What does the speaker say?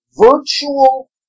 virtual